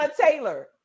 Taylor